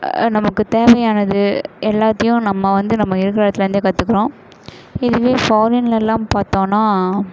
நமக்கு தேவையானது எல்லாத்தையும் நம்ம வந்து நம்ம இருக்கிற இடத்துலேந்தே கற்றுக்குறோம் இதுவே ஃபாரின்லெலாம் பார்த்தோன்னா